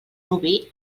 nuvi